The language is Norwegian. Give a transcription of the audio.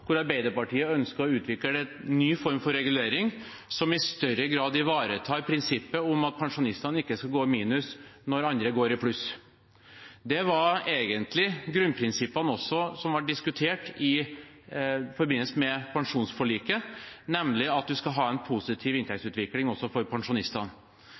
hvor Arbeiderpartiet ønsker å utvikle en ny form for regulering som i større grad ivaretar prinsippet om at pensjonistene ikke skal gå i minus når andre går i pluss. Det var egentlig grunnprinsippene som også ble diskutert i forbindelse med pensjonsforliket, nemlig at det skal være en positiv inntektsutvikling også for pensjonistene.